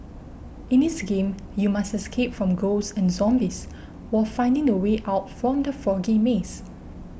in this game you must escape from ghosts and zombies while finding the way out from the foggy maze